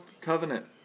covenant